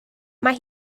mae